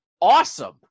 awesome